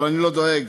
אבל אני לא דואג.